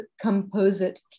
composite